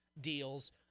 deals